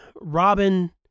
Robin